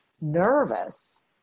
nervous